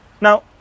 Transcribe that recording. Now